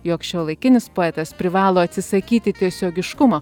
jog šiuolaikinis poetas privalo atsisakyti tiesiogiškumo